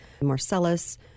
Marcellus